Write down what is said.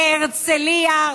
כדין הרצליה,